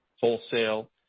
wholesale